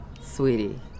sweetie